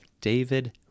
David